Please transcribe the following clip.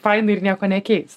faina ir nieko nekeis